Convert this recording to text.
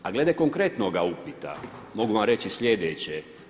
A glede konkretnoga upita, mogu vam reći slijedeće.